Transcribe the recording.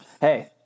hey